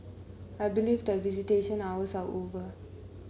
I believe that visitation hours are over